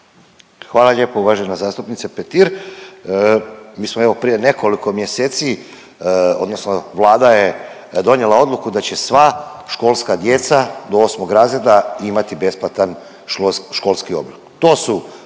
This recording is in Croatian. Hvala lijepo uvažena zastupnice Petir. Mi smo evo prije nekoliko mjeseci odnosno Vlada je donijela odluku da će sva školska djeca do 8 razreda imati besplatan šlo… školski